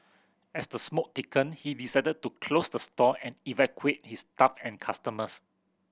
as the smoke thickened he decided to close the store and evacuate his staff and customers